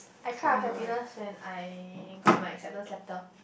I cried of happiness when I got my acceptance letter